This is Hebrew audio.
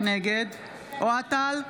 נגד אוהד טל,